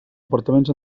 apartaments